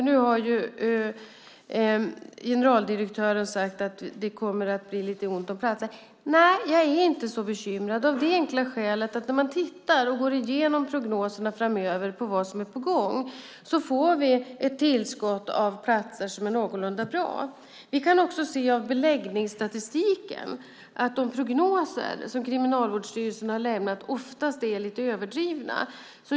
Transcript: Nu har ju generaldirektören sagt att det kommer att bli lite ont om platser. Nej, jag är inte så bekymrad av det enkla skälet att när man går igenom prognoserna för vad som är på gång framöver kan vi se att vi får ett tillskott av platser som är någorlunda bra. Vi kan också se av beläggningsstatistiken att de prognoser som Kriminalvårdsstyrelsen har lämnat oftast är lite överdrivna.